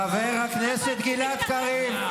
חבר הכנסת גלעד קריב.